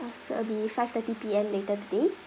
oh so it'll be five thirty P_M later today